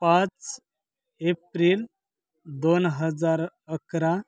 पाच एप्रिल दोन हजार अकरा